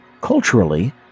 Culturally